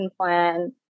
plan